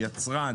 יצרן,